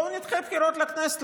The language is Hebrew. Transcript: אז בואו נדחה את הבחירות לכנסת.